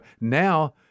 Now